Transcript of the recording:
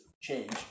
change